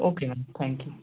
okay ma'am thank you